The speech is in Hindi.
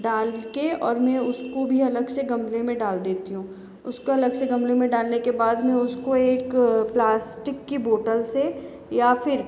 डालके और मैं उसको भी अलग से गमले में डाल देती हूँ उसको अलग से गमले में डालने के बाद मैं उसको एक प्लास्टिक की बॉटल से या फिर